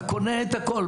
אתה קונה את הכול,